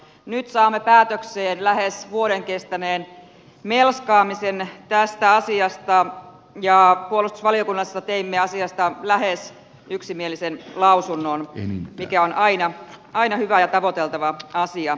nyt saamme päätökseen lähes vuoden kestäneen melskaamisen tästä asiasta ja puolustusvaliokunnassa teimme asiasta lähes yksimielisen lausunnon mikä on aina hyvä ja tavoiteltava asia